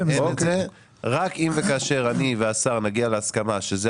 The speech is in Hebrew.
רק אם וכאשר אני והשר נגיע להסכמה שזה